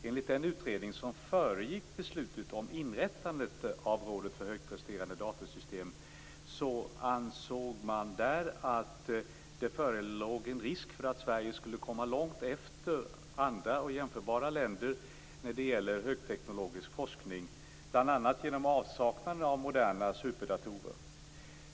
Enligt den utredning som föregick beslutet om inrättandet av Rådet för högpresterande datorsystem förelåg en risk för att Sverige skulle komma långt efter andra jämförbara länder när det gäller högteknologisk forskning, bl.a. genom avsaknaden av moderna superdatorer.